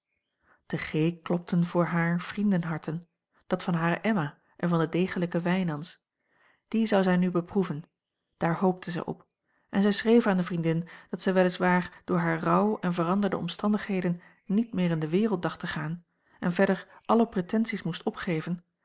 g klopten voor haar vriendenharten dat van hare emma en van den degelijken wijnands die zou zij nu beproeven daar hoopte zij op en zij schreef aan de vriendin dat zij wel is waar door haar rouw en veranderde omstandigheden niet meer in de wereld dacht te gaan en verder alle pretensies moest opgeven